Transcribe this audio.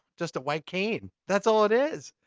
just a white cane. that's all it is.